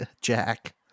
jack